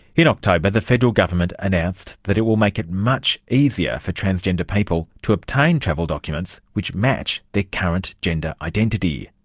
in october but the federal government announced that it will make it much easier for transgender people to obtain travel documents which match their current gender identity.